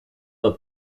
dat